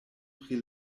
pri